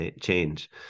change